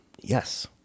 Yes